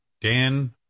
Dan